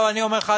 אני אומר לך,